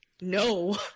No